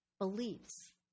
beliefs